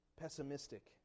pessimistic